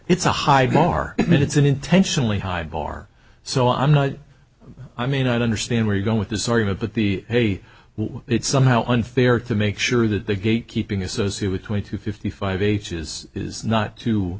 it's a high bar and it's an intentionally high bar so i'm not i mean i understand where you're going with this argument but the way it's somehow unfair to make sure that the gate keeping associate with twenty to fifty five bases is not too